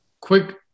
Quick